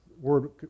word